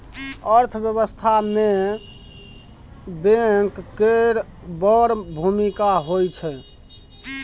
अर्थव्यवस्था मे बैंक केर बड़ भुमिका होइ छै